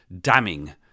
damning